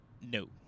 No